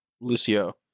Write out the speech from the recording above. Lucio